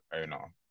Owner